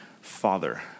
Father